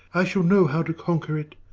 i shall know how to conquer it.